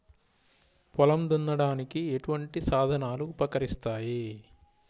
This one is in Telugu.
పొలం దున్నడానికి ఎటువంటి సాధనలు ఉపకరిస్తాయి?